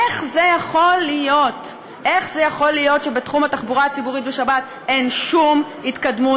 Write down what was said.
איך זה יכול להיות שבתחום התחבורה הציבורית בשבת אין שום התקדמות?